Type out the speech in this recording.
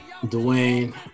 Dwayne